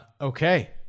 Okay